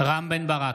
רם בן ברק,